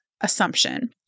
assumption